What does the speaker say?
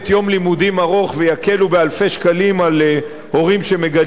ויקלו באלפי שקלים על הורים שמגדלים ילדים קטנים.